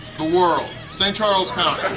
the world. st. charles county.